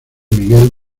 miguel